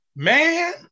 Man